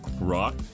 rock